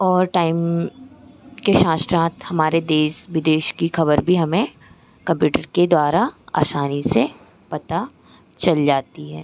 और टाइम के साथ साथ हमारे देश विदेश की ख़बर भी हमें कंप्युटर के द्वारा असानी से पता चल जाती है